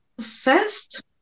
first